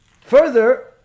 further